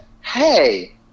hey